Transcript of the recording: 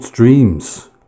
dreams